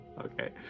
Okay